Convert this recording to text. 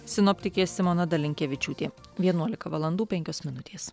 sinoptikė simona dalinkevičiūtė vienuolika valandų penkios minutės